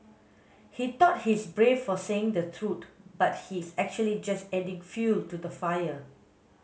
he thought he's brave for saying the truth but he's actually just adding fuel to the fire